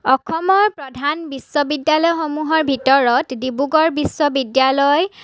অসমৰ প্ৰধান বিশ্ববিদ্যালয়সমূহৰ ভিতৰত ডিব্ৰুগড় বিশ্ববিদ্যালয়